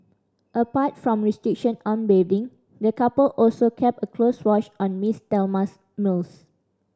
apart from restriction on bathing the couple also kept a close watch on Miss Thelma's meals